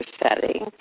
setting